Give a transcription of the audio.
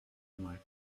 aimerait